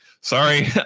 sorry